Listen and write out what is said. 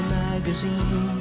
magazine